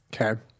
okay